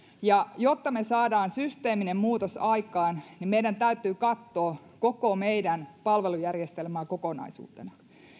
jotta me saamme systeemisen muutoksen aikaan meidän täytyy katsoa koko meidän palvelujärjestelmää kokonaisuutena